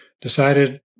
decided